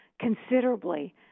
considerably